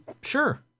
Sure